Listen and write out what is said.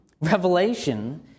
Revelation